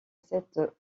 cet